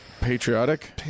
Patriotic